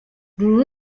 lulu